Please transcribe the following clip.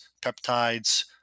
peptides